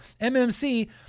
mmc